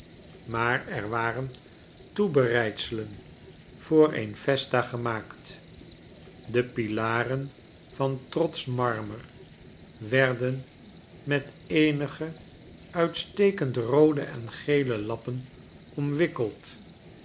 maar er waren toebereidselen voor een f e s t a gemaakt de pilaren van trotsch marmer werden met eenige uitstekend roode en gele lappen omwikkeld